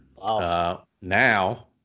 Now